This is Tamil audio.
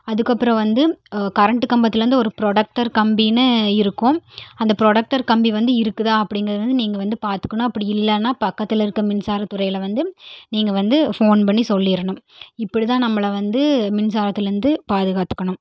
அதுக்கப்பறம் வந்து கரண்டு கம்பத்திலேருந்து ஒரு ப்ரொடக்டர் கம்பின்னு இருக்கும் அந்த ப்ரொடக்டர் கம்பி வந்து இருக்குதா அப்படீங்கிறத நீங்கள் வந்து பார்த்துக்கணும் அப்படி இல்லைன்னா பக்கத்தில் இருக்க மின்சார துறையில் வந்து நீங்கள் வந்து போன் பண்ணி சொல்லிடணும் இப்படி தான் நம்மளை வந்து மின்சாரத்திலேந்து பாதுகாத்துக்கணும்